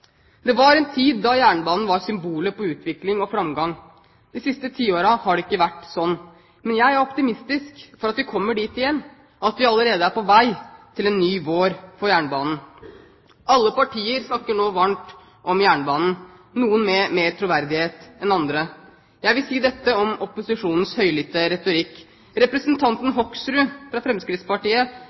Det var en tid da jernbanen var symbolet på utvikling og framgang. De siste tiårene har det ikke vært sånn. Men jeg er optimistisk med tanke på at vi kommer dit igjen, at vi allerede er på vei til en ny vår for jernbanen. Alle partier snakker nå varmt om jernbanen, noen med mer troverdighet enn andre. Jeg vil si dette om opposisjonens høylytte retorikk: Representanten Hoksrud fra Fremskrittspartiet